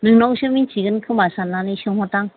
नोंनावसो मिन्थिगोन खोमा साननानै सोंहरदां